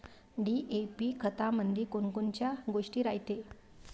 DAP खतामंदी कोनकोनच्या गोष्टी रायते?